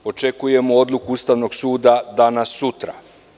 Očekujemo odluku Ustavnog suda danas, sutra.